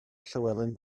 llywelyn